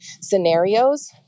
scenarios